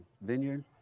vineyard